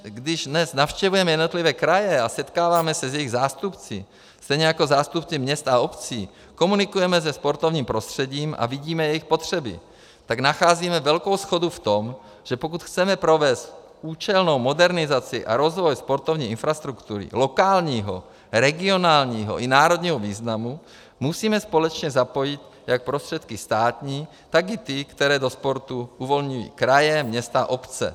Když dnes navštěvujeme jednotlivé kraje a setkáváme se s jejich zástupci, stejně jako zástupci měst a obcí, komunikujeme se sportovním prostředím a vidíme jejich potřeby, tak nacházíme velkou shodu v tom, že pokud chceme provést účelnou modernizaci a rozvoj sportovní infrastruktury lokálního, regionálního i národního významu, musíme společně zapojit jak prostředky státní, tak i ty, které do sportu uvolňují kraje, města a obce.